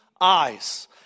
eyes